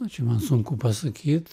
nu čia man sunku pasakyt